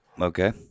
Okay